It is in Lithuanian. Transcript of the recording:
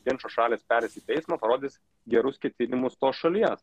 ginčo šalys pereis į teismą parodys gerus ketinimus tos šalies